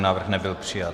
Návrh nebyl přijat.